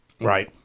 Right